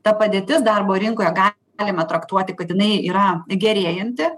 ta padėtis darbo rinkoje galima traktuoti kad jinai yra gerėjanti